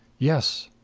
yes.